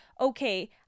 okay